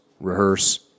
rehearse